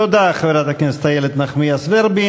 תודה, חברת הכנסת איילת נחמיאס ורבין.